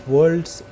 World's